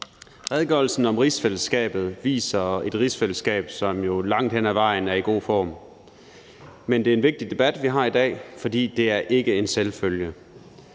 Redegørelsen om rigsfællesskabet viser et rigsfællesskab, som jo langt hen ad vejen er i god form, men det er en vigtig debat, vi har i dag, for det er ikke en selvfølge.